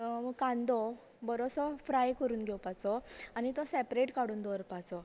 कांदो बरोसो फ्राय करून घेवपाचो आनी तो सॅपरेट काडून दवरपाचो